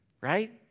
right